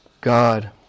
God